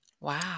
Wow